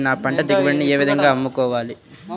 నేను నా పంట దిగుబడిని ఏ విధంగా అమ్ముకోవాలి?